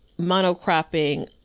monocropping